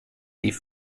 die